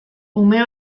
ume